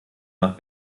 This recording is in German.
nach